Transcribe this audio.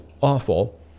awful